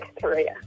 Korea